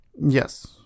Yes